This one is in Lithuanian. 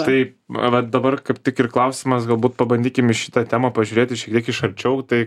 tai va vat dabar kaip tik ir klausimas galbūt pabandykim į šitą temą pažiūrėti šiek tiek iš arčiau tai